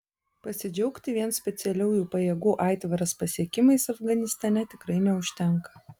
pasidžiaugti vien specialiųjų pajėgų aitvaras pasiekimais afganistane tikrai neužtenka